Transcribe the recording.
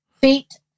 feet